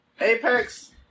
Apex